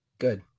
Good